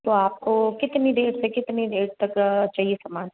तो आपको कितनी देर से कितनी देर तक चाहिए सामान